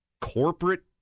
corporate